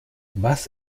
was